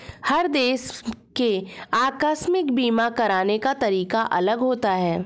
हर देश के आकस्मिक बीमा कराने का तरीका अलग होता है